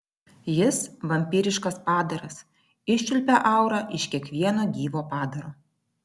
jis vampyriškas padaras iščiulpia aurą iš kiekvieno gyvo padaro